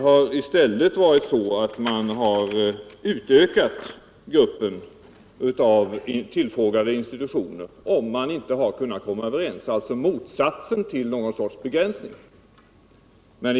I stället har gruppen utökats med tillfrågade institutioner om man inte har kunnat komma överens, dvs. motsatsen till en begränsning.